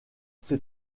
ses